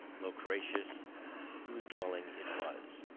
loquacious whose dwelling it was.